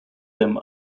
them